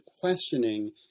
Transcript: questioning